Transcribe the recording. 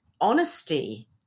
honesty